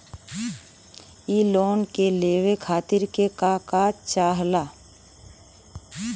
इ लोन के लेवे खातीर के का का चाहा ला?